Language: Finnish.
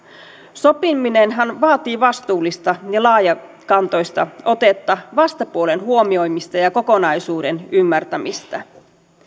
sopiminenhan vaatii vastuullista ja laajakantoista otetta vastapuolen huomioimista ja ja kokonaisuuden ymmärtämistä